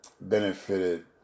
Benefited